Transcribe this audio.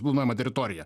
gaunama teritorija